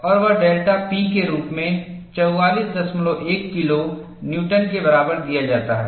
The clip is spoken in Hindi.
और वह डेल्टा P के रूप में 441 किलो न्यूटन के बराबर दिया जाता है